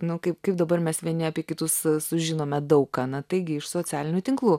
nu kaip kaip dabar mes vieni apie kitus sužinome daug ką na taigi iš socialinių tinklų